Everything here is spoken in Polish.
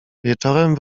wieczorem